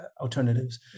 alternatives